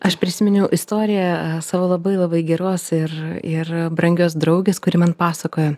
aš prisiminiau istoriją savo labai labai geros ir ir brangios draugės kuri man pasakojo